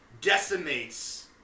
decimates